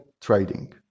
trading